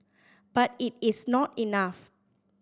but it is not enough